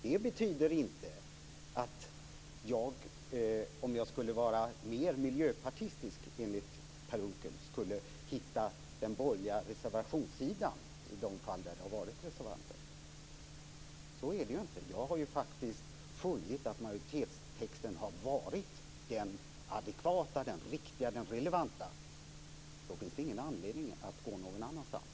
Det betyder inte att jag, om jag skulle vara mer miljöpartistisk enligt Per Unckel, skulle hitta den borgerliga reservationssidan i de fall där det har varit reservanter. Så är det ju inte. Jag har faktiskt funnit att majoritetstexten har varit den adekvata, den riktiga, den relevanta. Då finns det ingen anledning att gå någon annanstans.